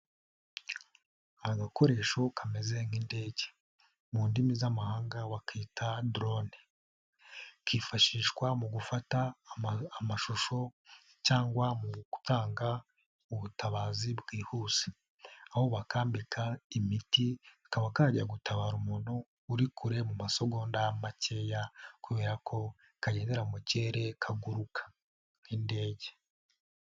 Aka gakoresho kameze nk'indege. Mu ndimi z'amahanga wakita durone. Kifashishwa mu gufata amashusho cyangwa mu gutanga ubutabazi bwihuse. Aho bakambika imiti kakaba kajya gutabara umuntu uri kure mu masogonda makeya kubera ko kagendera mu kirere kaguruka, nk'indege.